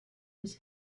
his